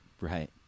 Right